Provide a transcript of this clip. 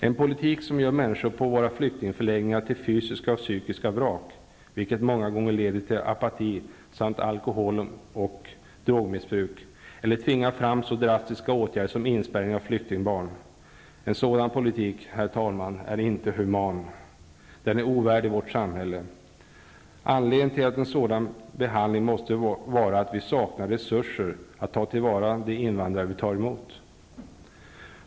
En politik som gör människor på våra flyktingförläggningar till fysiska och psykiska vrak, vilket många gånger leder till apati samt alkohol och drogmissbruk, eller tvingar fram så drastiska åtgärder som inspärrning av flyktingbarn, en sådan politik, herr talman, är inte human. Den är ovärdig vårt samhälle. Anledningen till en sådan behandling måste vara att vi saknar resurser att ta till vara de invandrare vi tar emot.